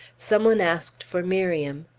some one asked for miriam.